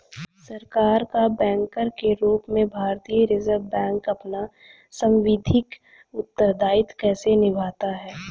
सरकार का बैंकर के रूप में भारतीय रिज़र्व बैंक अपना सांविधिक उत्तरदायित्व कैसे निभाता है?